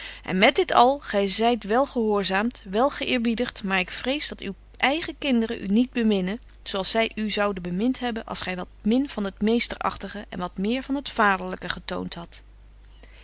en met dit al gy zyt wel gehoorzaamt wel geëerbiedigt maar ik vrees dat uw eigen kinderen u niet beminnen zo als zy u zouden bemint hebben als gy wat min van het meesteragtige en wat meer van het vaderlyke getoont hadt